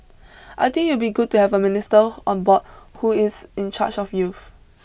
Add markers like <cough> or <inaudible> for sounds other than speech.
<noise> I think it will be good to have a minister on board who is in charge of youth